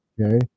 Okay